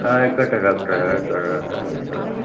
ആയിക്കോട്ടെ ഡോക്ടറെ ആയിക്കോട്ടെ ആ ഹ ഹ ഹ